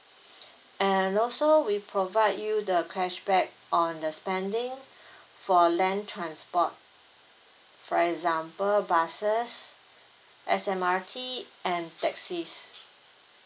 and also we provide you the cashback on the spending for land transport for example buses S_M_R_T and taxis